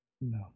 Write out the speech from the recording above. No